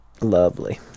Lovely